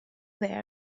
their